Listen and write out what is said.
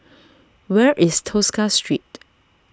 where is Tosca Street